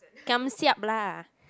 giam siap lah